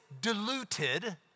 diluted